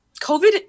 COVID